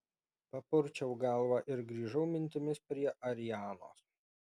papurčiau galvą ir grįžau mintimis prie arianos